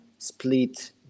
Split